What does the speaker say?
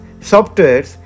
software